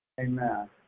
Amen